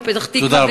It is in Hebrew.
בפתח-תקווה,